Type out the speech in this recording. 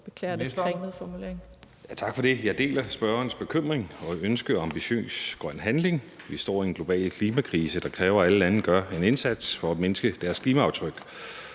Tak for det. Jeg deler spørgerens bekymring og ønske om ambitiøs grøn handling. Vi står i en global klimakrise, der kræver, at alle lande gør en indsats for at mindske deres klimaaftryk,